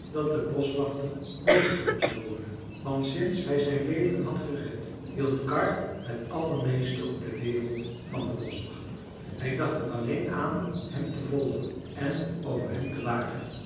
dat de boschwachter boos op hem zou worden want sinds hij zijn leven had gered hield karr het allermeeste op de wereld van den boschwachter hij dacht er alleen aan hem te volgen en over hem te waken